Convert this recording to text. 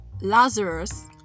Lazarus